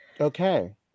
Okay